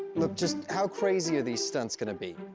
look, just how crazy are these stunts gonna be?